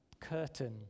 curtain